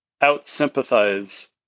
out-sympathize